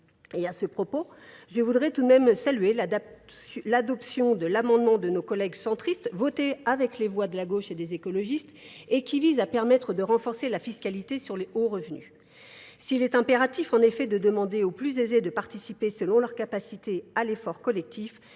Et à ce propos, je voudrais tout de même saluer l'adoption de l'amendement de nos collègues centristes votés avec les voix de la gauche et des écologistes et qui visent à permettre de renforcer la fiscalité sur les hauts revenus. S'il est impératif en effet de demander aux plus aisés de participer selon leurs capacités à l'effort collectif,